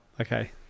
okay